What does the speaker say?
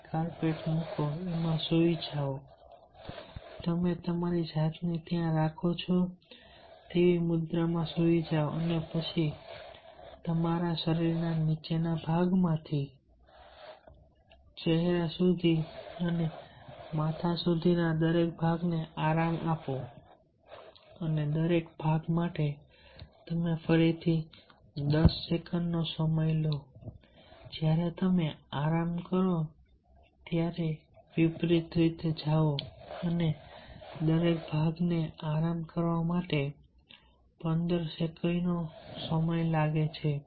એક કાર્પેટ મૂકો એમાં સૂઈ જાઓ તમે તમારી જાતને ત્યાં રાખો છો તેવી મુદ્રામાં સૂઈ જાઓ અને પછી તમારા શરીરના નીચેના ભાગથી ચહેરા અને માથા સુધીના દરેક ભાગને આરામ કરો અને દરેક ભાગ માટે તમે ફરીથી 10 સેકન્ડ લો જ્યારે તમે આરામ કરો ત્યારે વિપરીત રીતે જાઓ અને દરેક ભાગને આરામ કરવા માટે 15 સેકન્ડનો સમય લાગે છે